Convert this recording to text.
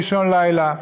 באישון לילה.